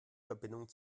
verbindung